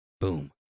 Boom